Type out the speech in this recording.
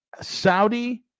Saudi